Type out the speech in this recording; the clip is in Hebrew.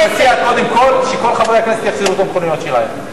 אני מציע קודם כול שכל חברי הכנסת יחזירו את המכוניות שלהם.